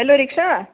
hello rickshaw